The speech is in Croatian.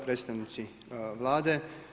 Predstavnici Vlade.